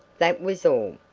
that was all.